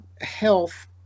health